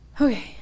Okay